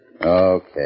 Okay